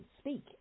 Speak